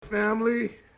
family